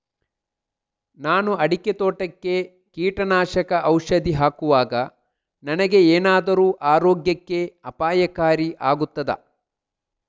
ನಾನು ಅಡಿಕೆ ತೋಟಕ್ಕೆ ಕೀಟನಾಶಕ ಔಷಧಿ ಹಾಕುವಾಗ ನನಗೆ ಏನಾದರೂ ಆರೋಗ್ಯಕ್ಕೆ ಅಪಾಯಕಾರಿ ಆಗುತ್ತದಾ?